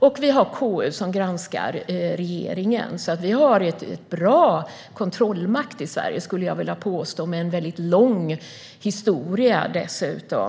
Och vi har KU som granskar regeringen. Jag skulle alltså vilja påstå att vi en bra kontrollmakt i Sverige, med en väldigt lång historia dessutom.